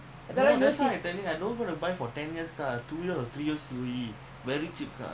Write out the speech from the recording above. வந்துஎன்னசொல்லறாங்கனுகேக்காதீங்கபட்டாதாபுரியும்:vandhu enna sollraankanu keekaadheenka pattaathaa puriyum